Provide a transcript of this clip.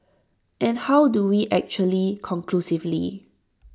and how do we actually conclusively